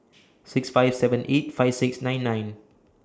six five seven eight five six nine nine